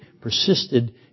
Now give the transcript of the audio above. persisted